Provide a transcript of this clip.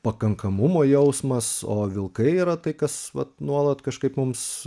pakankamumo jausmas o vilkai yra tai kas vat nuolat kažkaip mums